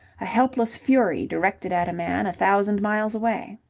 a helpless fury directed at a man a thousand miles away.